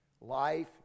Life